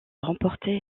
remporté